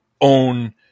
own